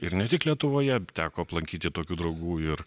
ir ne tik lietuvoje teko aplankyti tokių draugų ir